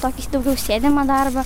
tokį daugiau sėdimą darbą